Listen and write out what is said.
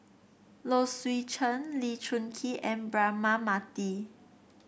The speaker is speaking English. Low Swee Chen Lee Choon Kee and Braema Mathi